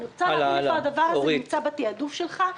אבל אני רוצה להבין איפה הדבר הזה נמצא בתעדוף שלך.